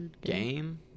game